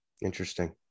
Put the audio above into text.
Interesting